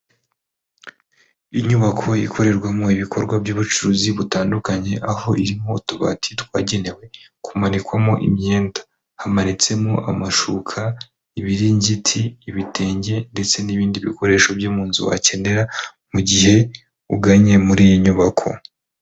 Inyubako ikorerwamo ibikorwa by'ubucuruzi butandukanye, aho irimo utubati twagenewe kumanikwamo imyenda, hamanitsemo amashuka, ibiringiti, ibitenge ndetse n'ibindi bikoresho byo mu nzu wakenera mu gihe uganye muri iyi nyubako.